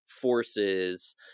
forces